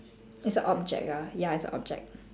it's a object ah ya it's a object